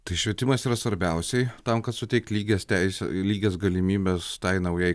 tai švietimas yra svarbiausiai tam kad suteikti lygias teises lygias galimybes tai naujai